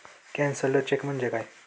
Cancelled cheque म्हणजे काय?